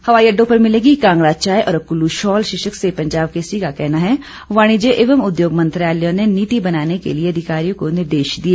हवाई अड्डों पर मिलेगी कांगड़ा चाय और कुल्लु शॉल शीर्षक से पंजाब केसरी का कहना है वाणिज्य एवं उद्योग मंत्रालय ने नीति बनाने के लिए अधिकारियों को निर्देश दिए